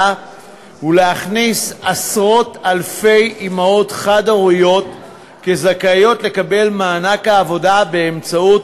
ולהכניס עשרות-אלפי אימהות חד-הוריות כזכאיות לקבלת מענק עבודה באמצעות